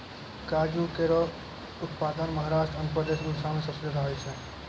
काजू केरो उत्पादन महाराष्ट्र, आंध्रप्रदेश, उड़ीसा में सबसे जादा होय छै